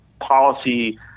policy